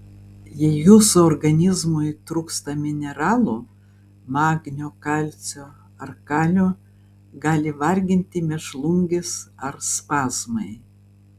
jei jūsų organizmui trūksta mineralų magnio kalcio ar kalio gali varginti mėšlungis ar spazmai